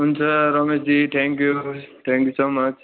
हुन्छ Rameshji thank you thank you so much